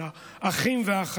של האב, של האחים והאחיות.